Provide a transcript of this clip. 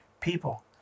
people